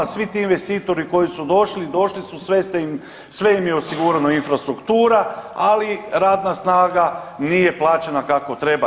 Svi ti investitori koji su došli, došli su sve ste im, sve im je osigurano infrastruktura, ali radna snaga nije plaćena kako treba.